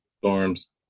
storms